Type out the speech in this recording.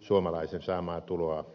suomalaisen saamaa tuloa ankarammin